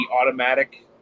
automatic